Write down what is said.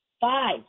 five